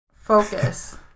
Focus